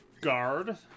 guard